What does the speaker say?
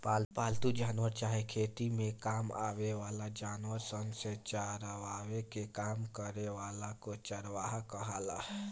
पालतू जानवर चाहे खेती में काम आवे वाला जानवर सन के चरावे के काम करे वाला लोग चरवाह कहाला